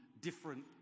different